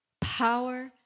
Power